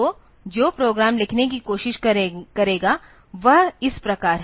तो जो प्रोग्राम लिखने की कोशिश करेगा वह इस प्रकार है